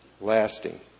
lasting